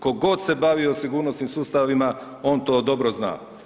Ko god se bavio sigurnosnim sustavima, on to dobro zna.